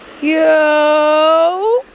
Yo